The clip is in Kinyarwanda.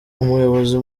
umuyobozi